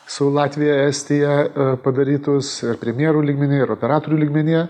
su latvija estija padarytus ir premjerų lygmeny ir operatorių lygmenyje